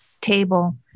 table